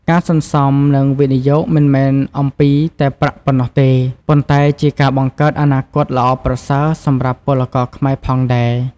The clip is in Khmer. ការសន្សំ និងវិនិយោគមិនមែនអំពីតែប្រាក់ប៉ុណ្ណោះទេ ប៉ុន្តែជាការបង្កើតអនាគតល្អប្រសើរសម្រាប់ពលករខ្មែរផងដែរ។